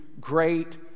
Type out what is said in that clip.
great